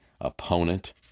opponent